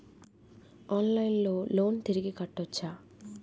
ఆన్లైన్లో లోన్ తిరిగి కట్టోచ్చా?